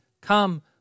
come